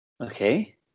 Okay